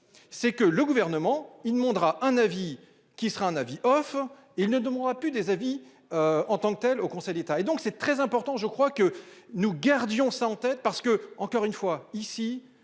c'est que le gouvernement, il demandera un avis qui sera un avis of il ne demandera plus des avis. En tant que telle au Conseil d'État et donc c'est très important, je crois que nous gardions ça en tête parce que encore une fois ici.